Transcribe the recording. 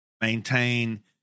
maintain